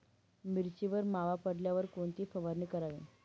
मिरचीवर मावा पडल्यावर कोणती फवारणी करावी?